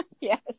yes